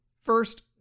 First